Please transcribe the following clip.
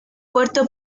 puerto